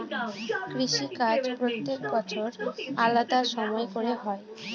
কৃষিকাজ প্রত্যেক বছর আলাদা সময় করে হয়